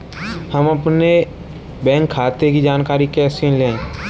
हम अपने बैंक खाते की जानकारी कैसे लें?